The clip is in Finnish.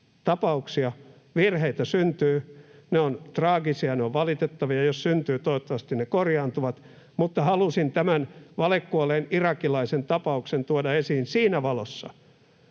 tapauksia. Virheitä syntyy, ne ovat traagisia, ne ovat valitettavia, ja jos syntyy, toivottavasti ne korjaantuvat, mutta halusin tämän valekuolleen irakilaisen tapauksen tuoda esiin siinä valossa,